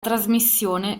trasmissione